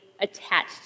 attached